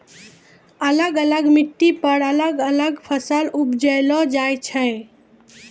अलग अलग मिट्टी पर अलग अलग फसल उपजैलो जाय छै